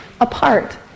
apart